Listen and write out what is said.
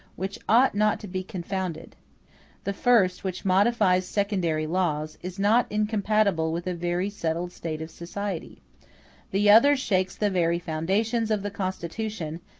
which ought not to be confounded the first, which modifies secondary laws, is not incompatible with a very settled state of society the other shakes the very foundations of the constitution,